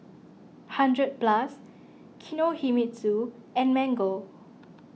hundred Plus Kinohimitsu and Mango